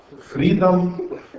freedom